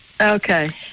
Okay